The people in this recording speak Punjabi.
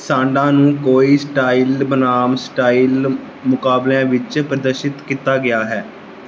ਸਾਂਡਾ ਨੂੰ ਕਈ ਸਟਾਈਲ ਬਨਾਮ ਸਟਾਈਲ ਮੁਕਾਬਲਿਆਂ ਵਿੱਚ ਪ੍ਰਦਰਸ਼ਿਤ ਕੀਤਾ ਗਿਆ ਹੈ